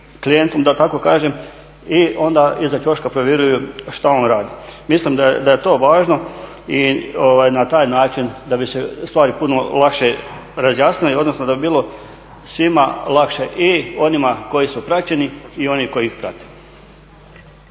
klijentom da tako kažem i onda iza ćoška provjeruju što on radi. Mislim da je to važno i na taj način da bi se stvari puno lakše razjasnile, odnosno da bi bilo svima lakše i onima koji su praćeni i oni koji ih prate.